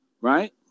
Right